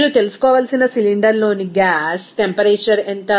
మీరు తెలుసుకోవలసిన సిలిండర్లోని గ్యాస్ టెంపరేచర్ ఎంత